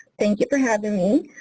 thank you for having me.